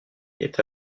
est